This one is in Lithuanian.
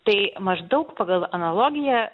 tai maždaug pagal analogiją